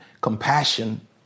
compassion